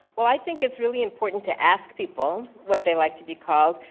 well, i think it's really important to ask people what they like to be called.